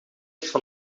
van